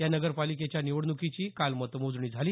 या नगरपालिकेच्या निवडणुकीची काल मतमोजणी झाली